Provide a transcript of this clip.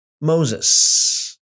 Moses